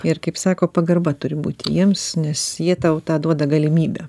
ir kaip sako pagarba turi būti jiems nes jie tau tą duoda galimybę